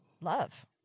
Love